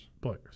Players